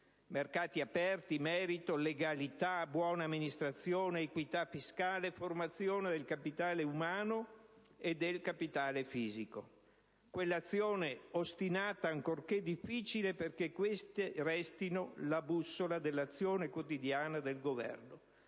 mercati aperti, merito, legalità, buona amministrazione, equità fiscale, formazione del capitale umano e del capitale fisico. Manca l'azione ostinata, ancorché difficile, perché queste restino le bussole dell'azione quotidiana del Governo,